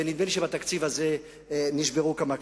ונדמה לי שבתקציב הזה נשברו כמה כללים.